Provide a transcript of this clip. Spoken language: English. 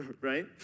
right